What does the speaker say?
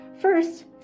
First